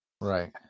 Right